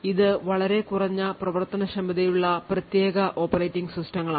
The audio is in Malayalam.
ഇത് വളരെ കുറഞ്ഞ പ്രവർത്തനക്ഷമതയുള്ള പ്രത്യേക ഓപ്പറേറ്റിംഗ് സിസ്റ്റങ്ങളാണ്